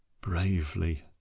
Bravely